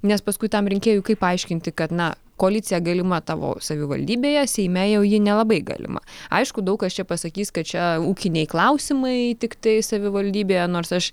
nes paskui tam rinkėjui kaip paaiškinti kad na koalicija galima tavo savivaldybėje seime jau ji nelabai galima aišku daug kas čia pasakys kad čia ūkiniai klausimai tiktai savivaldybėje nors aš